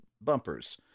bumpers